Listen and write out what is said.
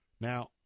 Now